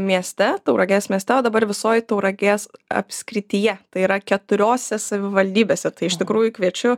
mieste tauragės mieste o dabar visoj tauragės apskrityje tai yra keturiose savivaldybėse tai iš tikrųjų kviečiu